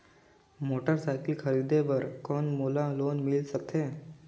Motorcycle खरीदे बर कौन मोला लोन मिल सकथे?